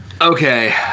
okay